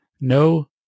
No